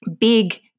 big